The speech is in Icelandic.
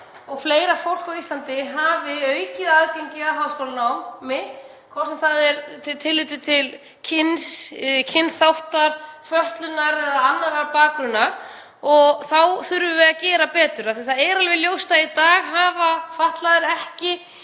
að fleira fólk á Íslandi hafi aukið aðgengi að háskólanámi, hvort sem það er með tilliti til kyns, kynþáttar, fötlunar eða annars bakgrunns og þar þurfum við að gera betur af því að það er alveg ljóst að í dag hafa fatlaðir ekki